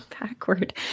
backward